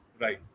Right